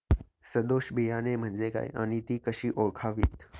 सदोष बियाणे म्हणजे काय आणि ती कशी ओळखावीत?